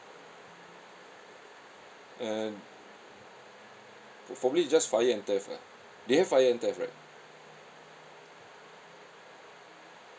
uh probably is just fire and theft ah they have fire and theft right